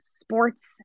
sports